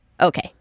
Okay